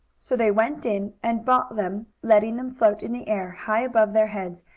so they went in and bought them, letting them float in the air, high above their heads,